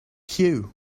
cue